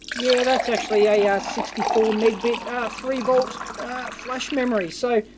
yeah, that's actually a sixty four megbit ah three volt flash memory. so,